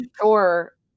sure